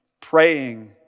praying